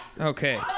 Okay